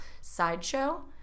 Sideshow